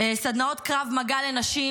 סדנאות קרב מגע לנשים,